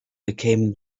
became